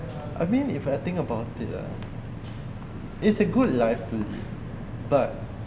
I mean if I think about it lah it's a good life to live but